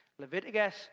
Leviticus